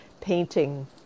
painting